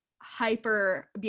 hyper